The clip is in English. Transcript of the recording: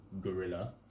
gorilla